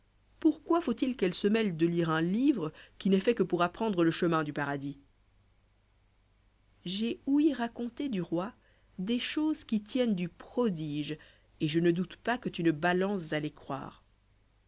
pourquoi faut-il qu'elles se mêlent de lire un livre qui n'est fait que pour apprendre le chemin du paradis j'ai ouï raconter du roi des choses qui tiennent du prodige et je ne doute pas que tu ne balances à les croire